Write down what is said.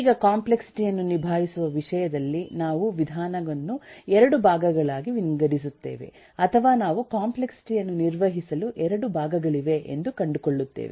ಈಗ ಕಾಂಪ್ಲೆಕ್ಸಿಟಿ ಯನ್ನು ನಿಭಾಯಿಸುವ ವಿಷಯದಲ್ಲಿ ನಾವು ವಿಧಾನವನ್ನು 2 ಭಾಗಗಳಾಗಿ ವಿಂಗಡಿಸುತ್ತೇವೆ ಅಥವಾ ನಾವು ಕಾಂಪ್ಲೆಕ್ಸಿಟಿ ಯನ್ನು ನಿರ್ವಹಿಸಲು 2 ಭಾಗಗಳಿವೆ ಎಂದು ಕಂಡುಕೊಳ್ಳುತ್ತೇವೆ